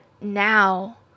now